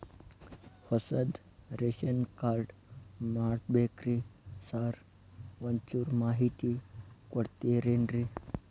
ಹೊಸದ್ ration card ಮಾಡ್ಬೇಕ್ರಿ sir ಒಂಚೂರ್ ಮಾಹಿತಿ ಕೊಡ್ತೇರೆನ್ರಿ?